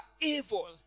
evil